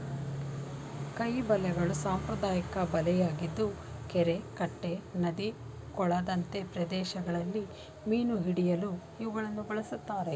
ಕೈ ಬಲೆಗಳು ಸಾಂಪ್ರದಾಯಿಕ ಬಲೆಯಾಗಿದ್ದು ಕೆರೆ ಕಟ್ಟೆ ನದಿ ಕೊಳದಂತೆ ಪ್ರದೇಶಗಳಲ್ಲಿ ಮೀನು ಹಿಡಿಯಲು ಇವುಗಳನ್ನು ಬಳ್ಸತ್ತರೆ